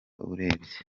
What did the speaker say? urebye